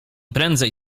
prędzej